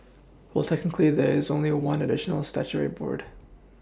well technically there is only one additional statutory board